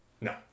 No